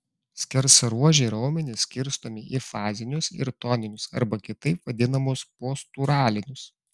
skersaruožiai raumenys skirstomi į fazinius ir toninius arba kitaip vadinamus posturalinius